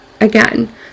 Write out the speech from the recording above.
Again